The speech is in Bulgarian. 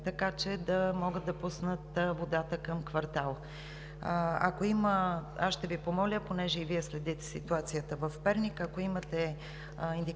за да могат да пуснат водата към квартала. Ще Ви помоля, тъй като и Вие следите ситуацията в Перник, ако имате индикации